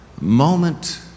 moment